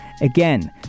again